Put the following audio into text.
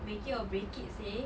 make it or break it seh